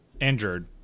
injured